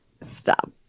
stop